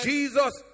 Jesus